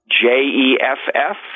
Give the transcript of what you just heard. J-E-F-F